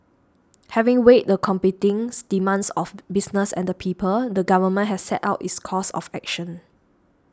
having weighed the competings demands of business and the people the government has set out its course of action